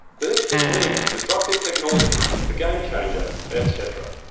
the next big thing disruptive technology a game-changer etc.